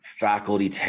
faculty